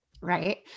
right